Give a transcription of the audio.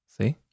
See